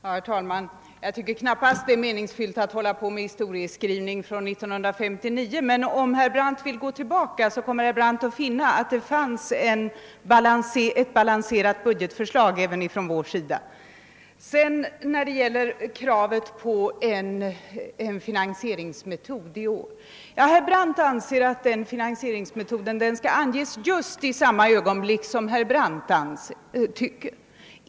Herr talman! Det är knappast meningsfullt att här hålla på med en historieskrivning från 1959, men om herr Brandt vill gå tillbaka i tiden skall han finna att det fanns ett balanserat budgetförslag även från vår sida. Vad kravet på finansieringsmetod angår vill herr Brandt tydligen att en sådan metod skall framläggas just i samma ögonblick som han vill ha den.